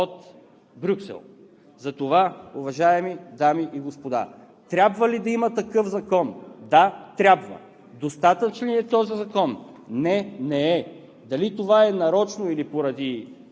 от Брюксел. Затова, уважаеми дами и господа, трябва ли да има такъв закон? Да, трябва! Достатъчен ли е този закон? Не, не е! Дали това е нарочно, или поради